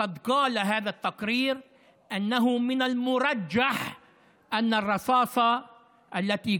הדוח הזה אומר שסביר להניח שהכדור אשר הרג את